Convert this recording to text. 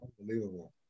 Unbelievable